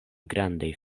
grandaj